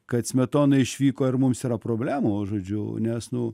kad smetona išvyko ir mums yra problemų žodžiu nes nu